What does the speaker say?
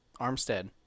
Armstead